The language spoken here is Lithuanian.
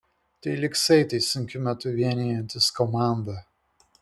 tai lyg saitai sunkiu metu vienijantys komandą